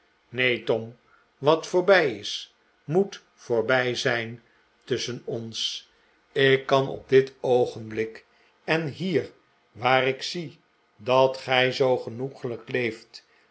neen tom wat voorbij is moet voorbij zijn tusschen ons ik kan op dit oogenblik en hier waar ik zie dat gij zoo genoeglijk leeft